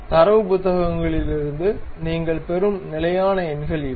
தரவு புத்தகங்களிலிருந்து நீங்கள் பெறும் நிலையான எண்கள் இவை